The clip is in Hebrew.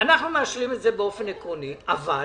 אנחנו מאשרים את זה באופן עקרוני, אבל